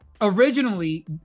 originally